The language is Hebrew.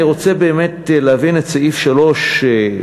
אני רוצה באמת להבין את סעיף 3 בשאילתה,